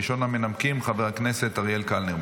ראשון המנמקים חבר הכנסת אריאל קלנר,